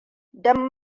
don